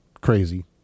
crazy